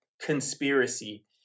conspiracy